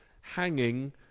hanging